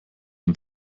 ein